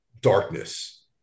darkness